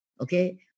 okay